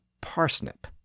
parsnip